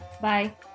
Bye